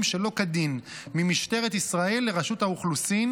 שלא כדין ממשטרת ישראל לרשות האוכלוסין,